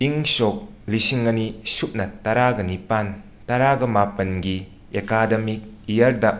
ꯏꯪ ꯁꯣꯛ ꯂꯤꯁꯤꯡ ꯑꯅꯤ ꯁꯨꯞꯅ ꯇꯔꯥꯒ ꯅꯤꯄꯥꯜ ꯇꯔꯥꯒ ꯃꯥꯄꯜꯒꯤ ꯑꯦꯀꯥꯗꯦꯃꯤꯛ ꯌꯤꯔꯗ